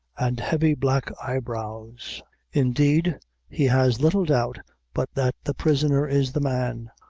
and heavy black eyebrows indeed he has little doubt but that the prisoner is the man,